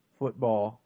football